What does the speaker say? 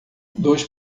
dois